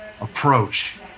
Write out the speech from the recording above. approach